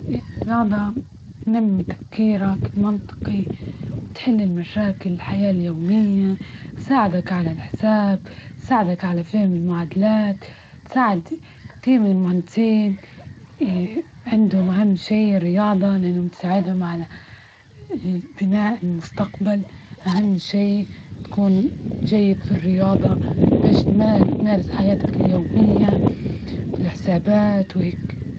الرياضة تنمي تفكيرك المنطقي، وتحل المشاكل الحياة اليومية، تساعدك على الحساب، تساعدك على فهم المعادلات، تساعد تقيم المنتين. عنده أهم شيء رياضة لإنهم تساعدهم على بناء المستقبل، أهم شي تكون جيد في الرياضة تشمال تمارس حياتك اليومية في الحسابات وهيكي.